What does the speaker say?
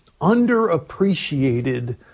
underappreciated